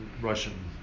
Russian